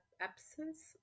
absence